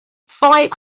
five